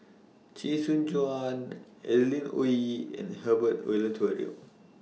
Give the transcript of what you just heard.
Chee Soon Juan Adeline Ooi and Herbert Eleuterio